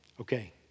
okay